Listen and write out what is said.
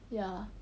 ya